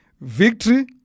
Victory